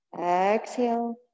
Exhale